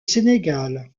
sénégal